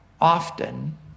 often